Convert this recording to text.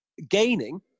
gaining